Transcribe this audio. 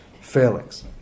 failings